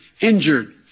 injured